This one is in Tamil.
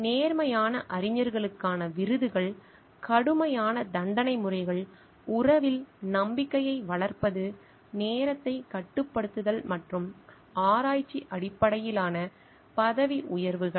நேர்மையான அறிஞர்களுக்கான விருதுகள் கடுமையான தண்டனை முறைகள் உறவில் நம்பிக்கையை வளர்ப்பது நேரத்தைக் கட்டுப்படுத்துதல் மற்றும் ஆராய்ச்சி அடிப்படையிலான பதவி உயர்வுகள்